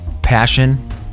Passion